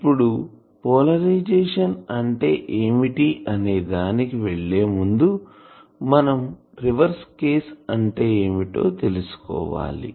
ఇప్పుడు పోలరైజేషన్ అంటే ఏమిటి అనే దానికి వెళ్లే ముందు మనం రివర్స్ కేసు అంటే ఏమిటో తెలుసుకోవాలి